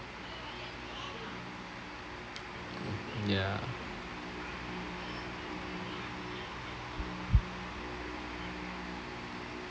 ya